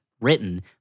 written